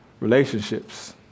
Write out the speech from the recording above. relationships